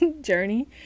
journey